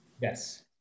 Yes